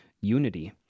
unity